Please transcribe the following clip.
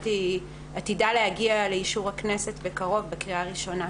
היא עתידה להגיע לאישור הכנסת בקרוב לקריאה הראשונה.